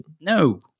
No